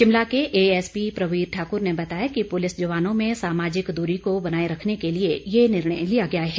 शिमला के एएसपी प्रवीर ठाक्र ने बताया कि पुलिस जवानों में सामाजिक दूरी को बनाए रखने के लिए ये निर्णय लिया गया है